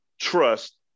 trust